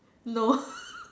no